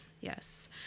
Yes